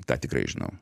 tą tikrai žinau